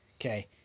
Okay